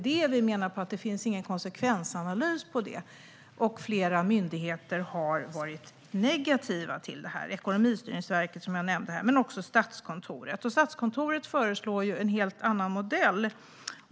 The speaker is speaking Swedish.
Det finns ingen konsekvensanalys av det här. Flera myndigheter har dessutom varit negativa. Jag nämnde tidigare Ekonomistyrningsverket, men det gäller även Statskontoret. Statskontoret föreslår en helt annan modell.